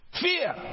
Fear